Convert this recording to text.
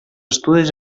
estudis